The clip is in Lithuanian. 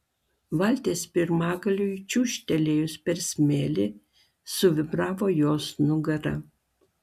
valties pirmagaliui čiūžtelėjus per smėlį suvibravo jos nugara